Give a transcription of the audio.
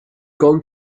gone